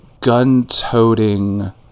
gun-toting